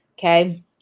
Okay